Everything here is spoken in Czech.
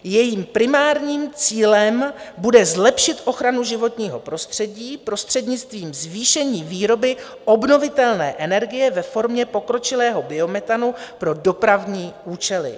Jejím primárním cílem bude zlepšit ochranu životního prostředí prostřednictvím zvýšení výroby obnovitelné energie ve formě pokročilého biometanu pro dopravní účely.